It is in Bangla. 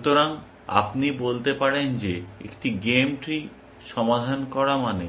সুতরাং আপনি বলতে পারেন যে একটি গেম ট্রি সমাধান করা মানে